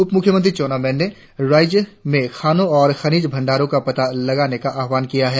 उपमुख्यमंत्री चाउना मैन ने राज्य में खानो और खनिज भंडारों का पता लगाने का आह्वान किया है